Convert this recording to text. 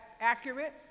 accurate